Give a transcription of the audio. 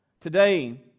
Today